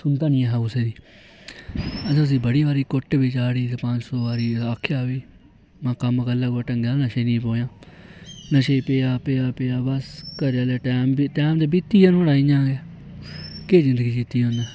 सुनदा निं ऐ हा कुसै दी असें उस्सी बड़ी बारी कुट्ट बी चाड़ी ते पंज सौ बारी आखेआ बी महां कम्म करी कोई ढंगै दा नशे च निं पोएआं नशे च पेआ पेआ पेआ बस घरै आह्ले टैम बी टैम ते बीतिया नोआढ़ा इ'यां गै केह् जिंदगी जीती उ'न्नै